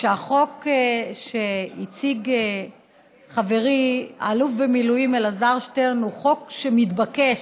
שהחוק שהציג חברי האלוף במילואים אלעזר שטרן הוא חוק שמתבקש.